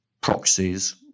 proxies